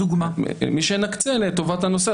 מי שנקצה לטובת הנושא.